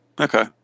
Okay